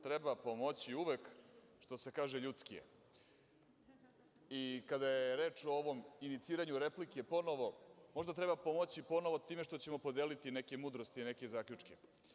Treba pomoći uvek, što se kaže, ljudski je i kada je reč o ovom iniciranju replike ponovo, možda treba pomoći ponovo time što ćemo podeliti neke mudrosti, neke zaključke.